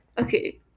Okay